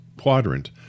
quadrant